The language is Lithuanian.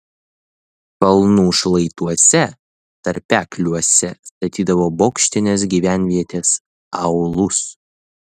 kalnų šlaituose tarpekliuose statydavo bokštines gyvenvietes aūlus